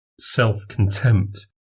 self-contempt